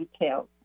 details